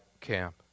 camp